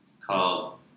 called